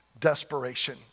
desperation